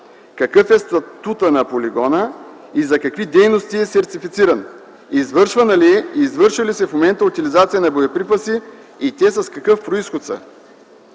Какъв е статутът на полигона и за какви дейности е сертифициран? Извършвана ли е и извършва ли се в момента утилизация на боеприпаси и те с какъв произход са?